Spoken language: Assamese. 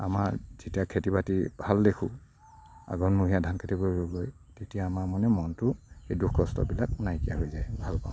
আমাৰ যেতিয়া খেতি বাতি ভাল দেখোঁ আঘোণমহীয়া ধান খেতি কৰিব পাৰি তেতিয়া আমাৰ মানে মনটোৰ এই দুখ কষ্টবিলাক নাইকীয়া হৈ যায় ভালপাওঁ